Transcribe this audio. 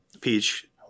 Peach